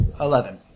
Eleven